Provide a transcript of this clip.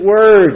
words